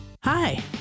Hi